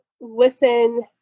listen